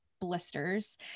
blisters